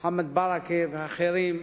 מוחמד ברכה ואחרים,